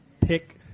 pick